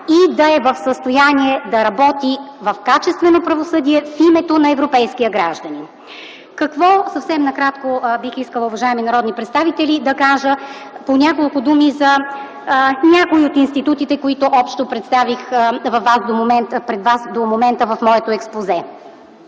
и да е в състояние да работи в качествено правосъдие в името на европейския гражданин. Уважаеми народни представители, съвсем накратко бих искала да кажа по няколко думи за някои от институтите, които общо представих пред вас до момента в моето експозе.